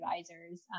advisors